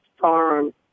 Farm